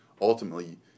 Ultimately